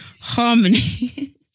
Harmony